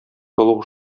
олуг